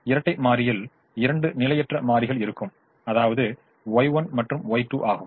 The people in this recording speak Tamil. இரட்டை மாறியில் இரண்டு நிலையற்ற மாறிகள் இருக்கும் அதாவது Y1 மற்றும் Y2 ஆகும்